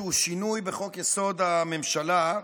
שהוא שינוי בחוק-יסוד: הממשלה,